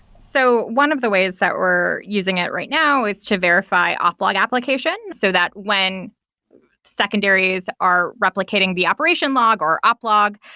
so one of the ways that we're using it right now is to verify offline application. so that when secondaries are replicating the operation log or oplog,